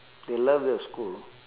they love the school